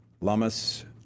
Lummis